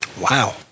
Wow